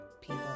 people